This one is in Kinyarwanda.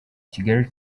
kigali